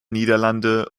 niederlande